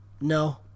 No